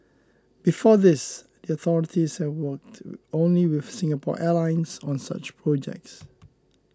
before this the authorities have worked only with Singapore Airlines on such projects